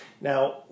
Now